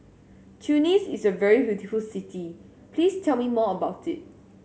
Tunis is a very beautiful city please tell me more about it